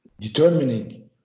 determining